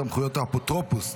סמכויות האפוטרופוס),